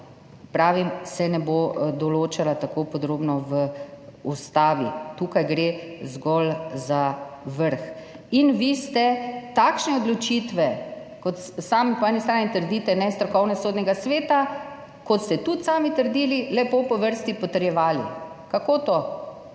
pravim, se ne bo določala tako podrobno v ustavi. Tukaj gre zgolj za vrh. Vi ste takšne odločitve – sami po eni strani trdite, da nestrokovne – Sodnega sveta, kot ste tudi sami trdili, lepo po vrsti potrjevali. Kako to?!